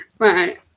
Right